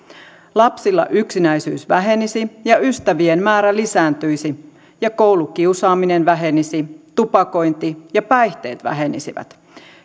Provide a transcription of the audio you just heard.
lapsilla yksinäisyys vähenisi ja ystävien määrä lisääntyisi ja koulukiusaaminen vähenisi ja tupakointi ja päihteet vähenisivät